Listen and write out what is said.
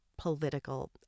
political